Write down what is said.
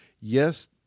Yes